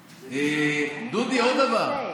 דודי, עוד דבר.